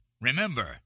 Remember